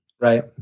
Right